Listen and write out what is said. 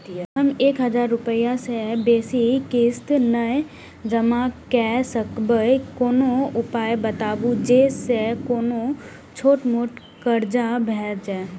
हम एक हजार रूपया से बेसी किस्त नय जमा के सकबे कोनो उपाय बताबु जै से कोनो छोट मोट कर्जा भे जै?